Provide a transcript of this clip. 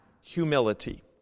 humility